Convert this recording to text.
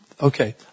okay